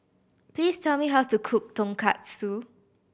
please tell me how to cook Tonkatsu